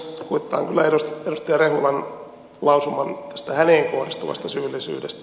kuittaan kyllä edustaja rehulan lausuman tästä häneen kohdistuvasta syyllisyydestä